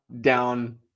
down